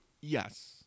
Yes